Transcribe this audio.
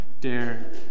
dare